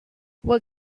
what